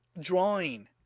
drawing